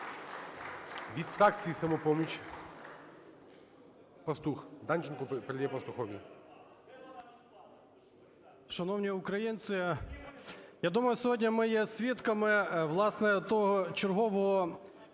Від фракції "Самопоміч" Пастух. Данченко передає Пастухові.